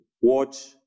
watch